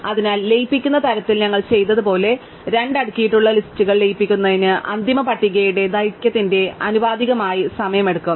അതിനാൽ ലയിപ്പിക്കുന്ന തരത്തിൽ ഞങ്ങൾ ചെയ്തതുപോലെ രണ്ട് അടുക്കിയിട്ടുള്ള ലിസ്റ്റുകൾ ലയിപ്പിക്കുന്നതിന് അന്തിമ പട്ടികയുടെ ദൈർഘ്യത്തിന് ആനുപാതികമായി സമയം എടുക്കും